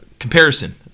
Comparison